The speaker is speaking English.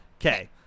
Okay